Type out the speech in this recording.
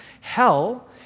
Hell